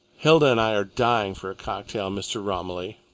hilda and i are dying for a cocktail, mr. romilly.